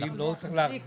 ואם לא הוא צריך להחזיר?